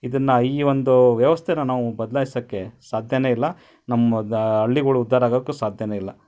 ಇದನ್ನ ಈ ಒಂದು ವ್ಯವಸ್ಥೆನ ನಾವು ಬದಲಾಯ್ಸಕ್ಕೆ ಸಾಧ್ಯನೇ ಇಲ್ಲ ನಮ್ಮ ದ ಹಳ್ಳಿಗಳು ಉದ್ಧಾರಾಗೋಕ್ಕು ಸಾಧ್ಯನೇ ಇಲ್ಲ